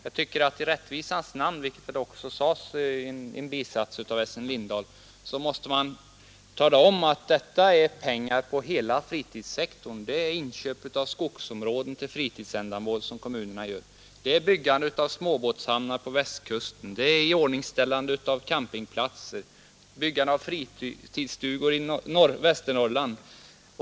I rättvisans namn måste man — vilket också sades i en bisats av E Lindahl tala om att detta är pengar avseende hela fritidssektorn; det är kommuners inköp av skogsområden till fritidsändamål, det är byggande av småbåtshamnar på Västkusten, det är iordningställande av campingplatser, byggande av fritidsstugor i Västernorrland.